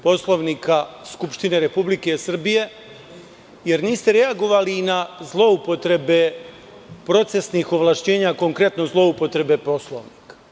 Poslovnika Skupštine Republike Srbije, jer niste reagovali na zloupotrebe procesnih ovlašćenja, konkretno zloupotrebe Poslovnika.